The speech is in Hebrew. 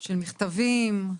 של מכתבים,